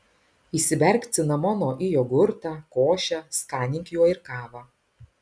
įsiberk cinamono į jogurtą košę skanink juo ir kavą